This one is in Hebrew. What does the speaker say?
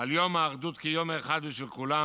על יום האחדות כיום אחד בשביל כולם.